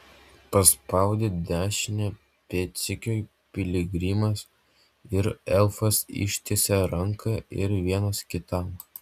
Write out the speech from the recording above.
paspaudę dešinę pėdsekiui piligrimas ir elfas ištiesė ranką ir vienas kitam